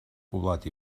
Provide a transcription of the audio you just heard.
poblat